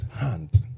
hand